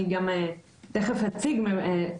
אני תכף אציג נתונים בנושא,